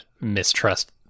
mistrust